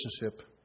relationship